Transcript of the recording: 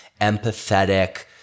empathetic